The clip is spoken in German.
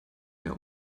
mehr